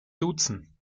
duzen